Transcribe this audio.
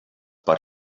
but